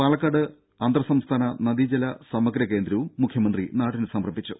പാലക്കാട് അന്തർ സംസ്ഥാന നദീജല സമഗ്ര കേന്ദ്രവും മുഖ്യമന്ത്രി നാടിന് സമർപ്പിച്ചു